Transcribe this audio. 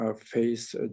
face